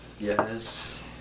Yes